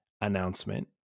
announcement